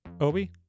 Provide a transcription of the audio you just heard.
Obi